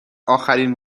آخرین